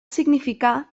significar